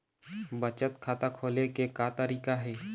बचत खाता खोले के का तरीका हे?